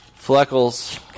Fleckles